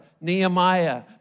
Nehemiah